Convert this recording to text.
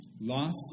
Loss